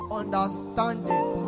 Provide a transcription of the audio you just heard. understanding